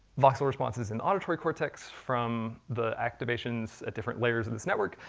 voxel responses in auditory cortex from the activations at different layers of this network,